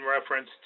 reference